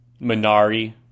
Minari